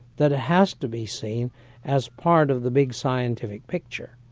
that it has to be seen as part of the big scientific picture.